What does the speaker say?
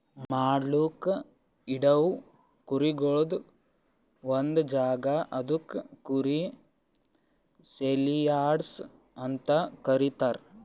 ಮಾರ್ಲುಕ್ ಇಡವು ಕುರಿಗೊಳ್ದು ಒಂದ್ ಜಾಗ ಅದುಕ್ ಕುರಿ ಸೇಲಿಯಾರ್ಡ್ಸ್ ಅಂತ ಕರೀತಾರ